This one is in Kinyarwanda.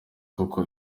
kuko